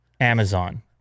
Amazon